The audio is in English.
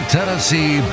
Tennessee